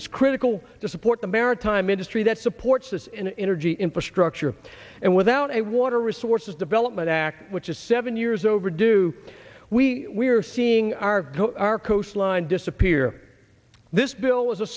it's critical to support the maritime industry that supports this an energy infrastructure and without a water resources development act which is seven years overdue we are seeing our our coastline disappear this bill is a